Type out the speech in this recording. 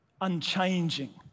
unchanging